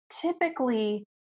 typically